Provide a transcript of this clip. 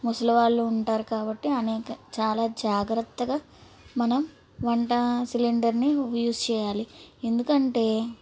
ముసలి వాళ్ళు ఉంటారు కాబట్టి అనేక చాలా జాగ్రత్తగా మనం వంట సిలిండర్ని యూజ్ చేయాలి ఎందుకంటే